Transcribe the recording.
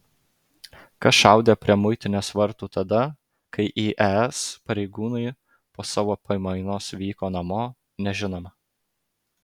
kas šaudė prie muitinės vartų tada kai į es pareigūnai po savo pamainos vyko namo nežinoma